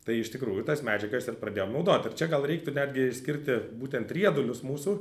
tai iš tikrųjų tas medžiagas ir pradėjom naudot ir čia gal reiktų netgi išskirti būtent riedulius mūsų